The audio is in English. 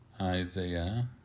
Isaiah